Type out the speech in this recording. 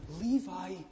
levi